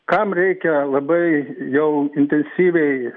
kam reikia labai jau intensyviai